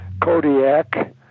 Kodiak